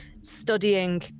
studying